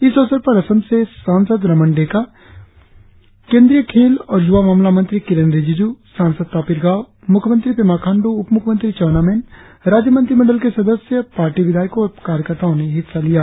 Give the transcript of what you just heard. इस अवसर पर असम से सांसद रमेन डेका केंद्रीय खेल और युवा मामला मंत्री किरेन रिजिज़् सांसद तापिर गाव मुख्यमंत्री पेमा खांडू उपमुख्यमंत्री चाऊना मेन राज्य मंत्रिमंडल के सदस्य पार्टी विधायको और कार्यकर्ताओ ने हिस्सा लिया